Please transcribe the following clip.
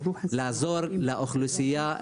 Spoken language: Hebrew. לעזור לאוכלוסייה,